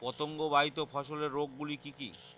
পতঙ্গবাহিত ফসলের রোগ গুলি কি কি?